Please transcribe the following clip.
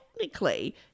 technically